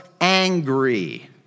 angry